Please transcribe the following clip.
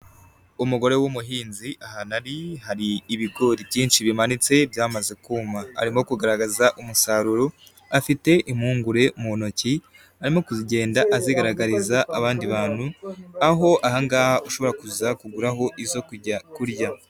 Umugore w'umuhinzi ahantu ari hari ibigori byinshi bimanitse byamaze kuma arimo kugaragaza umusaruro, afite impungure mu ntoki arimo kugenda azigaragariza abandi bantu, aho aha ngaha ushobora kuguraraho izo kujya kurya.